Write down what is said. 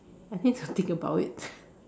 I need to think about it